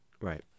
Right